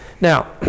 Now